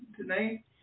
tonight